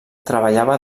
treballava